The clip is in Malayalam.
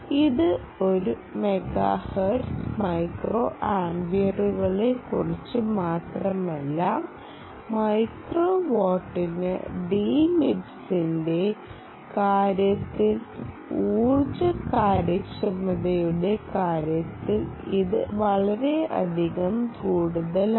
ഇത് ഒരു മെഗാഹെർട്സ് മൈക്രോ ആമ്പിയറുകളെക്കുറിച്ച് മാത്രമല്ല മൈക്രോ വാട്ടിന് D MIPSന്റെ കാര്യത്തിൽ ഊർജ്ജ കാര്യക്ഷമതയുടെ കാര്യത്തിൽ ഇത് വളരെയധികം കൂടുതലാണ്